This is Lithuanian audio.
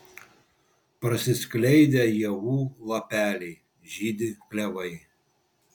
prasiskleidę ievų lapeliai žydi klevai